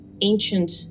ancient